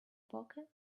poker